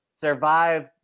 survive